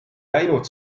läinud